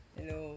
Hello